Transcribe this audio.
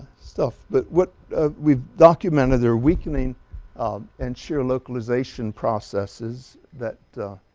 stuff but what we've documented there weakening um and shear localization processes that